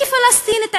כפלסטינית,